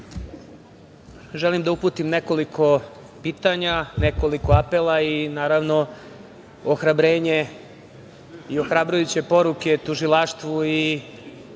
želim da uputim nekoliko pitanja, nekoliko apela i naravno ohrabrenje i ohrabrujuće poruke tužilaštvu i